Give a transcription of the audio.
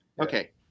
Okay